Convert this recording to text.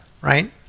right